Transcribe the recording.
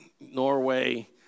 Norway